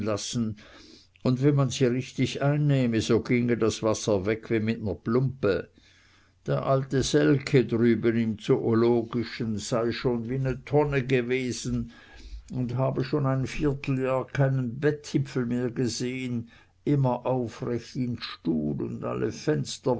und wenn man sie richtig einnehme so ginge das wasser weg wie mit ner plumpe der alte selke drüben im zoologischen sei schon wie ne tonne gewesen und habe schon ein vierteljahr lang keinen bettzippel mehr gesehn immer aufrecht in n stuhl un alle fenster